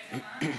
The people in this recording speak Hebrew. רגע,